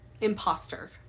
imposter